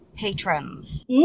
patrons